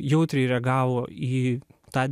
jautriai reagavo į tą